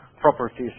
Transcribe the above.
properties